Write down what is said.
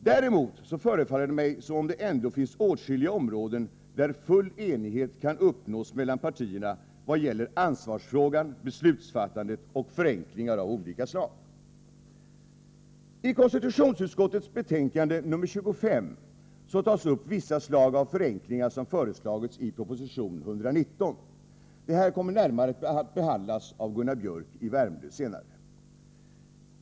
Däremot förefaller det mig som om det ändå finns åtskilliga områden där full enighet kan uppnås mellan partierna i vad gäller ansvarsfrågan, beslutsfattandet och förenklingar av olika slag. I konstitutionsutskottets betänkande nr 25 tas upp vissa slag av förenklingar. som föreslagits i proposition 119. Detta kommer närmare att behandlas av Gunnar Biörck i Värmdö.